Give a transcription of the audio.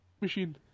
machine